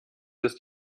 ist